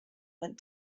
went